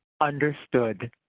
Understood